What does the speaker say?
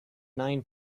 nine